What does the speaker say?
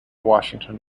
washington